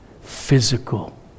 physical